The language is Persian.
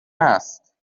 هست